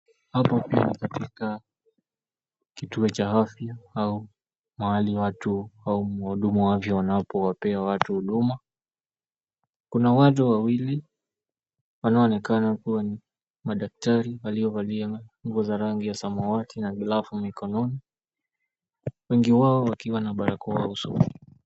Hapa pia ni katika kituo cha afya au mahali watu au wahudumu wa afya wanapowapea watu huduma. Kuna watu wawili wanaoonekana kua ni madaktari waliovalia nguo za rangi ya samawati na glavu mikononi, wengi wao wakiwa na barakoa usoni.